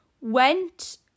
went